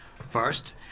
First